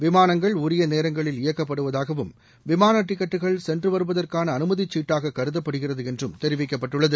விமானங்கள் உரிய நேரங்களில் இயக்கப்படுவதாகவும் விமான டிக்கெட்டுகள் சென்று வருவதற்கான அனுமதி சீட்டாக கருதப்படுகிறது என்றும் தெரிவிக்கப்பட்டுள்ளது